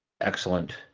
Excellent